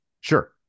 Sure